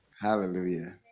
hallelujah